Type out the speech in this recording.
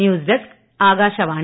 news desk Akashvani